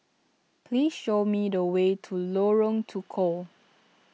please show me the way to Lorong Tukol